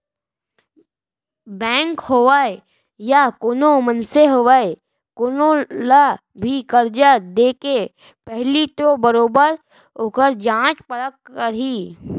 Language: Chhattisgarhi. बेंक होवय या कोनो मनसे होवय कोनो ल भी करजा देके पहिली तो बरोबर ओखर जाँच परख करही